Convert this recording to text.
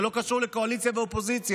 זה לא קשור לקואליציה ואופוזיציה,